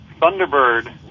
Thunderbird